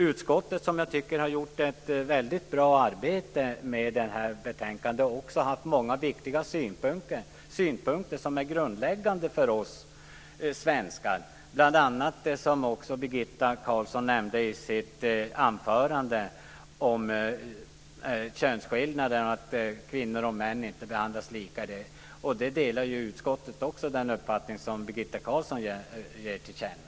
Utskottet, som jag tycker har gjort ett bra arbete med betänkandet, har även haft många viktiga synpunkter som är grundläggande för oss svenskar. Det gäller bl.a. det som Birgitta Carlsson nämnde i sitt anförande om könsskillnader och att kvinnor och män inte behandlas lika. Utskottet delar den uppfattning som Birgitta Carlsson ger till känna.